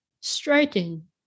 striking